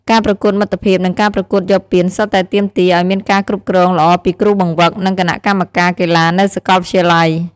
ការប្រកួតមិត្តភាព និងការប្រកួតយកពានសុទ្ធតែទាមទារឲ្យមានការគ្រប់គ្រងល្អពីគ្រូបង្វឹក និងគណៈកម្មការកីឡានៅសាកលវិទ្យាល័យ។